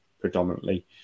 predominantly